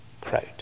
crowd